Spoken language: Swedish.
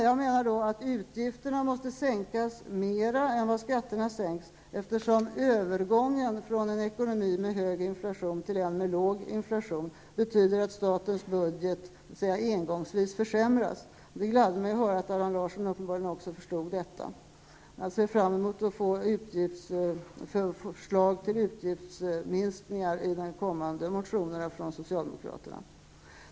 Jag menar att utgifterna måste sänkas mer än vad skatterna sänks, eftersom övergången från en ekonomi med hög inflation till en med låg inflation betyder att statens budget så att säga engångsvis försämras. Det gladde mig höra att Allan Larsson uppenbarligen förstod detta. Jag ser fram emot att få förslag till utgiftsminskningar i kommande motioner från socialdemokraterna.